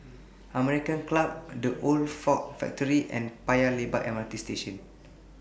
American Club The Old Ford Factory and Paya Lebar MRT Station